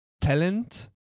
talent